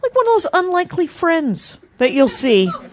like one of those unlikely friends that you'll see.